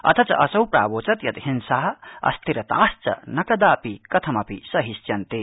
अथ च असौ प्रावोचत् यत् हिंसाअस्थिरताश्च न कदापि सहिष्यन्ते